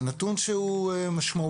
נתון שהוא משמעותי.